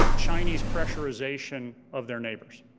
chinese pressurization of their neighbors